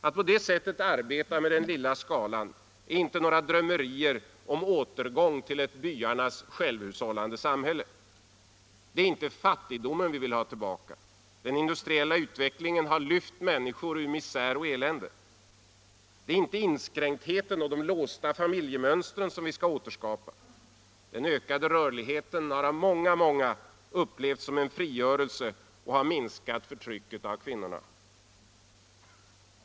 Att på det sättet arbeta med den lilla skalan är inte några drömmerier om återgång till ett byarnas självhushållande samhälle. Det är inte fattigdomen vi vill ha tillbaka. Den industriella utvecklingen har lyft människor ur misär och elände. Det är inte inskränktheten och de låsta familjemönstren vi skall återskapa. Den ökade rörligheten har av många, många upplevts som frigörelse och har minskat förtrycket av kvinnorna.